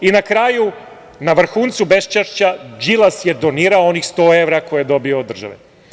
I na kraju, na vrhuncu beščašća Đilas je donirao onih 100 evra koje je dobio od države.